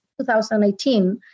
2018